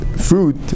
fruit